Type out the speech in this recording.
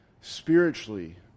spiritually